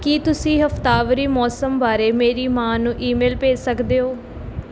ਕੀ ਤੁਸੀਂ ਹਫ਼ਤਾਵਾਰੀ ਮੌਸਮ ਬਾਰੇ ਮੇਰੀ ਮਾਂ ਨੂੰ ਈਮੇਲ ਭੇਜ ਸਕਦੇ ਹੋ